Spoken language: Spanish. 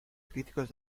críticos